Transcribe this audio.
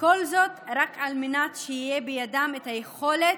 וכל זאת רק על מנת שתהיה בידם היכולת